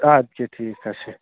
اَدٕ کیٛاہ ٹھیٖک حظ چھُ